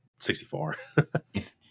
64